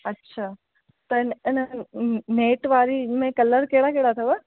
अछा त इन नेट वारी में कलर कहिड़ा कहिड़ा अथव